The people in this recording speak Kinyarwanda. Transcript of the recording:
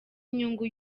inyungu